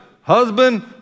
Husband